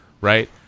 Right